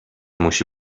musi